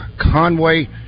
Conway